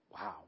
Wow